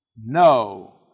No